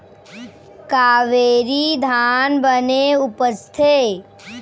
कावेरी धान बने उपजथे?